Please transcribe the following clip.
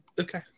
Okay